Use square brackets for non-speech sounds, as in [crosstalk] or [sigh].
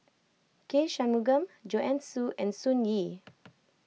K Shanmugam Joanne Soo and Sun Yee [noise]